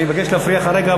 אני מבקש להפריע לך רגע,